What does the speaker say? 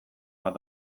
bat